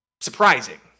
surprising